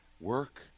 Work